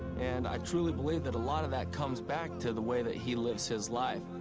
and i truly believe that a lot of that comes back to the way that he lives his life.